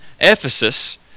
Ephesus